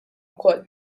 wkoll